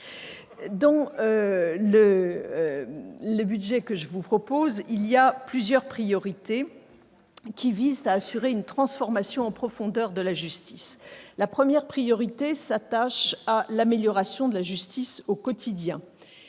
de budget que je vous présente traduit plusieurs priorités qui visent à assurer une transformation en profondeur de la justice. La première priorité est l'amélioration de la justice au quotidien.